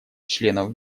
членов